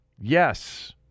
Yes